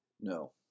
No